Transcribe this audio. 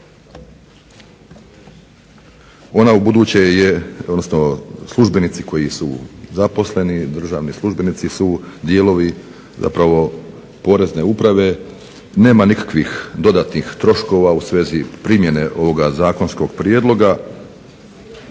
ona ubuduće je odnosno službenici koji su zaposleni državni službenici su dijelovi zapravo Porezne uprave. Nema nikakvih dodatnih troškova u svezi primjene ovoga zakonskog prijedloga,